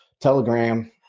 Telegram